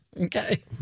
Okay